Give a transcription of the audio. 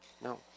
No